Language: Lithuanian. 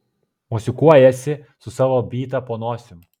mosikuojasi su savo byta po nosim